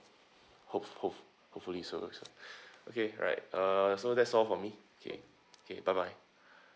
hope hope hopefully so okay right uh so that's all for me okay okay bye bye